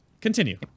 continue